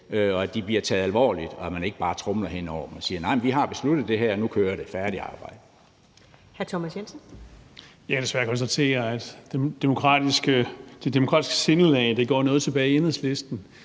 og at de bliver taget alvorligt, og at man ikke bare tromler hen over dem og siger: Nej, vi har besluttet det her, nu kører det, færdigt arbejde.